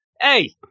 Hey